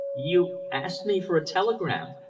you asked me for a telegram,